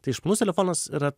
tai išmanus telefonas yra